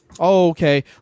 Okay